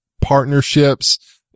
partnerships